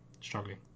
struggling